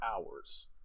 hours